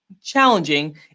challenging